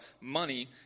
money